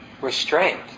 restraint